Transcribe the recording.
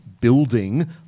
building